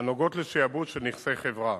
הנוגעות לשעבוד של נכסי חברה.